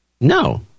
No